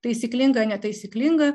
taisyklinga netaisyklinga